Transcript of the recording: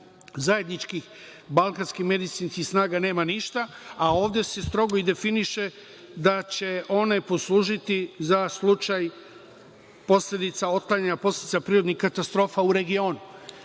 zajedničkih balkanskih medicinskih snaga nema ništa, a ovde se strogo i definiše da će one poslužiti za slučaj otklanjanja posledica prirodnih katastrofa u regionu.